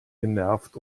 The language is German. genervt